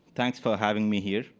thanks for having me here.